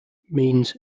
means